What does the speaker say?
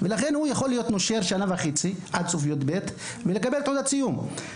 ולכן הוא לא נושר עד סוף י״ב ומקבל תעודת סיום.